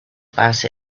about